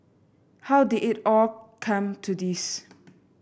how did it all come to this